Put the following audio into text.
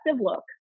look